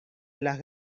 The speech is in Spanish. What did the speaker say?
las